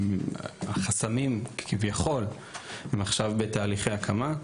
החסמים כביכול הם עכשיו בתהליכי הקמה.